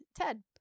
Ted